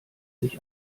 sich